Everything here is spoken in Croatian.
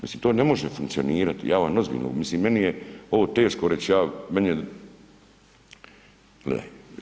Mislim to ne može funkcionirati, ja vam ozbiljno, mislim meni je ovo teško reći, ja, meni, gle.